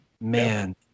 Man